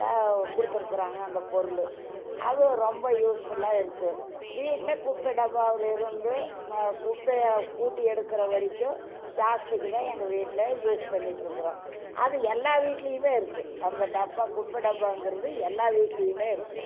கொடுத்துருக்குறாங்க அந்த பொருள் அது ரொம்ப யூஸ்ஃபுல்லாக இருக்கு வீட்டில் குப்பை டப்பாவில் இருந்து குப்பையை கூட்டி எடுக்கிற வரைக்கும் பிளாஸ்டிக்கு தான் எங்கள் வீட்டில் யூஸ் பண்ணிகிட்டு இருக்கிறோம் அது எல்லா வீட்லேயுமே இருக்கும் அந்த டப்பா குப்பை டப்பாங்கிறது எல்லா வீட்லேயுமே இருக்கு